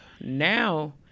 now